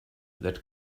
that